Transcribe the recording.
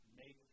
make